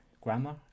grammar